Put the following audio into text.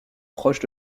proche